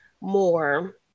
more